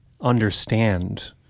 understand